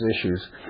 issues